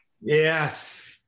Yes